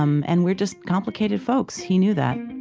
um and we're just complicated folks. he knew that